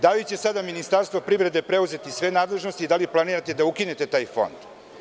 Da li će sada Ministarstvo privrede preuzeti sve nadležno i da li planirate da ukinete taj fond?